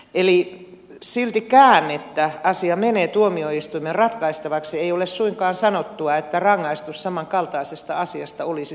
eli siltikään vaikka asia menee tuomioistuimen ratkaistavaksi ei ole suinkaan sanottua että rangaistus samankaltaisesta asiasta olisi samankaltainen